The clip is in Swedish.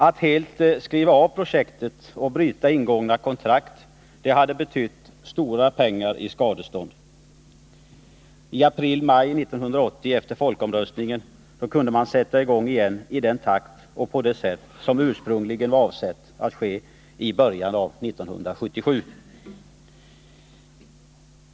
Om OKG helt hade skrivit av projektet och brutit ingångna kontrakt, hade det betytt stora pengar i skadestånd. I april-maj 1980, efter folkomröstningen, kunde företaget sätta i gång igen i den takt och på det sätt som ursprungligen var avsett att ske i början av 1977.